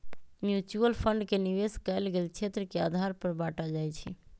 mutual fund के निवेश कएल गेल क्षेत्र के आधार पर बाटल जाइ छइ